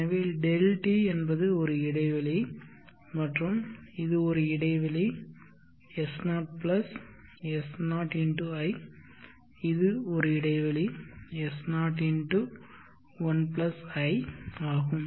எனவே Δt என்பது ஒரு இடைவெளி மற்றும் இது ஒரு இடைவெளி S0 S0 × i இது ஒரு இடைவெளி S0 × 1 i ஆகும்